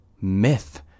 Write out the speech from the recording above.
myth